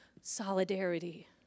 solidarity